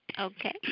Okay